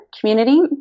community